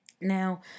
Now